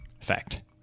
Fact